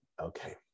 Okay